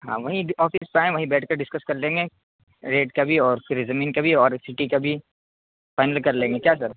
ہاں وہیں آفس پہ آئیں وہیں بیٹھ کر ڈسکس کرلیں گے ریٹ کا بھی اور پھر زمین کا بھی اور سٹی کا بھی فائنل کر لیں گے کیا سر